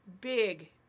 big